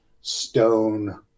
stone